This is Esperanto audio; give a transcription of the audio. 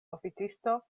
oficisto